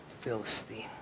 Philistine